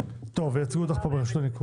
ייצגו אותך.